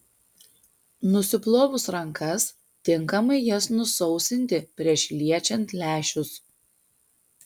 nusiplovus rankas tinkamai jas nusausinti prieš liečiant lęšius